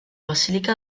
basílica